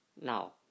Now